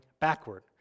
backward